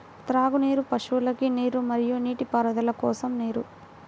త్రాగునీరు, పశువులకు నీరు మరియు నీటిపారుదల కోసం నీరు